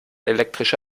elektrische